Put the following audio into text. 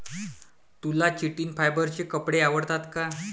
तुला चिटिन फायबरचे कपडे आवडतात का?